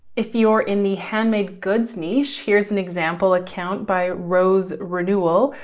if you're in the handmade goods niche, here's an example account by rose renewal.